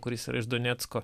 kuris yra iš donecko